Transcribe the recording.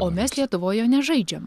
o mes lietuvoj jo nežaidžiam